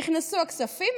נכנסו הכספים,